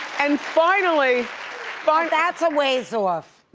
and finally that's a ways off,